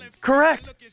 Correct